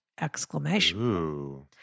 exclamation